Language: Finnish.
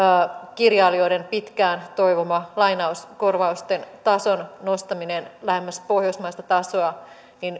kirjailijoiden pitkään toivoma lainauskorvausten tason nostaminen lähemmäs pohjoismaista tasoa